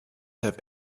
have